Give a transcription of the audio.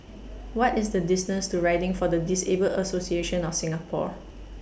What IS The distance to Riding For The Disabled Association of Singapore